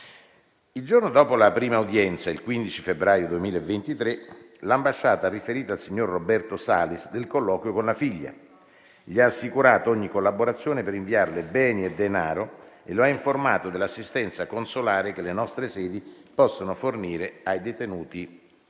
Il giorno dopo la prima udienza, il 15 febbraio 2023, l'ambasciata ha riferito al signor Roberto Salis del colloquio con la figlia. Gli ha assicurato ogni collaborazione per inviarle beni e denaro e lo ha informato dell'assistenza consolare che le nostre sedi possono fornire ai detenuti